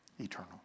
eternal